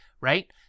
Right